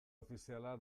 ofiziala